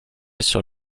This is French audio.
sur